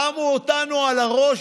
שמו אותנו על הראש,